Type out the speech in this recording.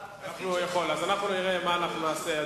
אז אנחנו נראה מה אנחנו נעשה,